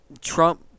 Trump